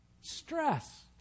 stress